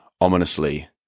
ominously